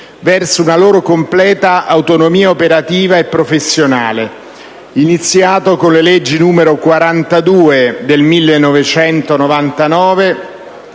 verso una loro completa autonomia operativa e professionale, iniziato con le leggi n. 42 del 1999,